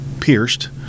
pierced